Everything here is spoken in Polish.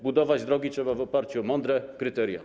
Budować drogi trzeba w oparciu o mądre kryteria.